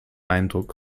eindruck